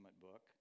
book